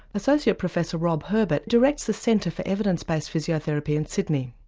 associate professor rob herbert directs the centre for evidence based physiotherapy in sydney.